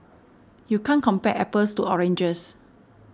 you can't compare apples to oranges